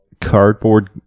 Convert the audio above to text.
cardboard